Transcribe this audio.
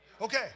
Okay